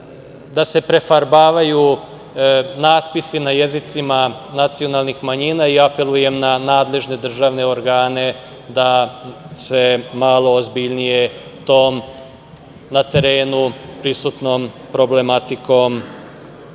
da se prefarbavaju natpisi na jezicima nacionalnih manjina i apelujem na nadležne državne organe da se malo ozbiljnije tom problematikom